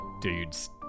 dudes